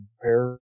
prepare